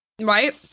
Right